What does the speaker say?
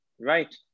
Right